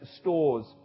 Stores